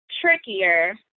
trickier